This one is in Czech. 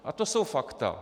A to jsou fakta.